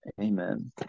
Amen